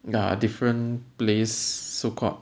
the different place so called